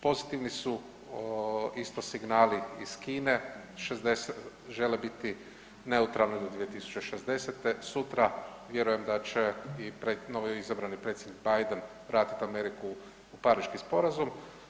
Pozitivni su isto signali iz Kine, žele biti neutralni do 2060., sutra vjerujem i da će i novoizabrani predsjednik Biden vratit Ameriku u Pariški sporazum.